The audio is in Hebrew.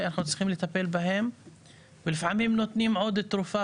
ואנחנו צריכים לטפל בהם ולפעמים נותנים עוד תרופה